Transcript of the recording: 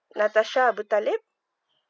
natasha abutalib